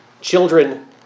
Children